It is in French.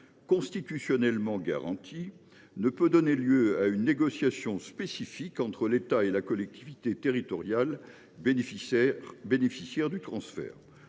constitutionnellement garantie, ne peut donner lieu à une négociation spécifique entre l’État et la collectivité territoriale bénéficiaire du transfert